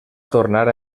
tornar